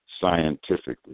scientifically